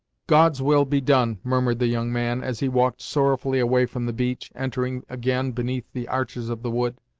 god's will be done! murmured the young man, as he walked sorrowfully away from the beach, entering again beneath the arches of the wood.